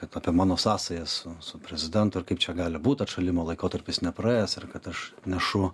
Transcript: apie mano sąsajas su prezidentu kaip čia gali būt atšalimo laikotarpis nepraėjęs ar kad aš nešu